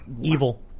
evil